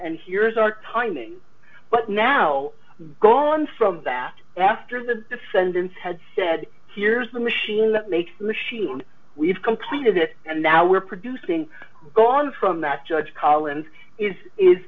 and here's our timing but now gone from that after the descendants had said here's the machine that makes the machine we've completed it and now we're producing gone from that judge collins is is